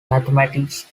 mathematics